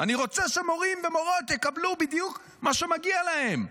אני רוצה שמורים ומורות יקבלו בדיוק מה שמגיע להם.